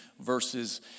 verses